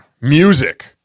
music